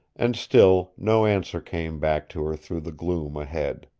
and still no answer came back to her through the gloom ahead.